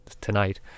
tonight